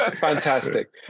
Fantastic